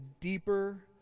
deeper